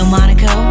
Monaco